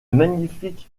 magnifique